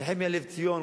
נחמיה לבציון,